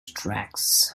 tracks